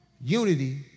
Unity